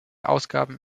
ausgaben